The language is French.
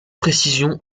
précision